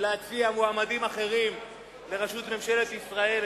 ולהציע מועמדים אחרים לראשות ממשלת ישראל,